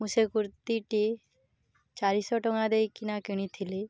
ମୁଁ ସେ କୁର୍ତ୍ତିଟି ଚାରିଶହ ଟଙ୍କା ଦେଇକିନା କିଣିଥିଲି